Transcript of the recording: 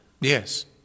yes